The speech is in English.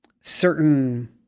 certain